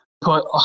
put